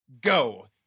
go